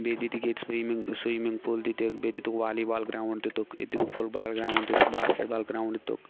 بیٚیہِ دِتِکھ ییٚتہِ سِومںٛگ سِومںٛگ پُل دِتِکھ بیٚیہِ دِتُکھ والی بال گرٛاوُنٛڈ دِتُکھ ییٚتہِ دِتُکھ فُٹ بال گرٛاوُنٛڈ دِتُکھ باسکٮ۪ٹ بال گرٛاوُنٛڈ دِتُکھ